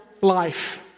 life